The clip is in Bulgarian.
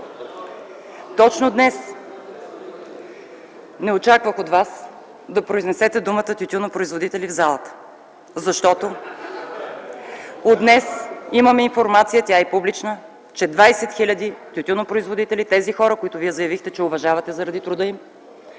точно днес не очаквах от Вас да произнесете думата „тютюнопроизводители” в залата (смях от ГЕРБ), защото от днес имаме информация, тя е публична, че 20 хил. тютюнопроизводители – тези хора, които Вие заявихте, че уважавате заради труда им,